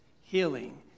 healing